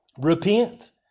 Repent